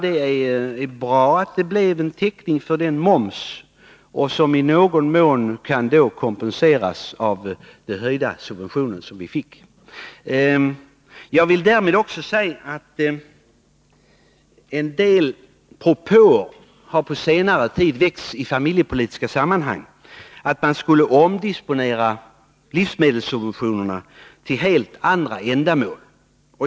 Det är bra att det blev en täckning för momsen och som i någon mån kan kompenseras av de höjda subventioner vi fick. I familjepolitiska sammanhang har en del propåer på senare tid väckts innebärande en omdisposition av livsmedelssubventionerna till helt andra ändamål.